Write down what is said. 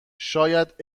شاید